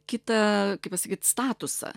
kitą kaip pasakyt statusą